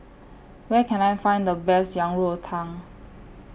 Where Can I Find The Best Yang Rou Tang